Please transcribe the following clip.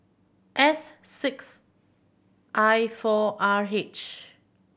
S six I four R H